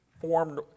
formed